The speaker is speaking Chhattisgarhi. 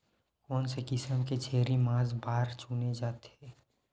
कोन से किसम के छेरी मांस बार चुने जाथे?